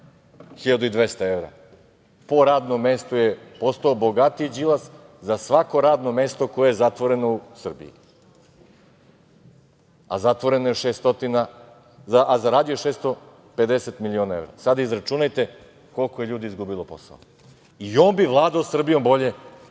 1200 evra po radnom mestu je postao bogatiji Đilas, za svako radno mesto koje je zatvoreno u Srbiji.A zaradio je 650 miliona evra, pa vi izračunajte koliko je ljudi izgubilo posao i on bi vladao Srbijom bolje